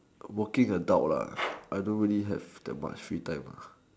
working adult lah I don't really have that much free time